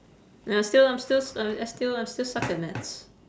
ya still I'm still I mean I still I still suck at maths